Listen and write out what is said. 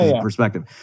perspective